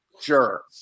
sure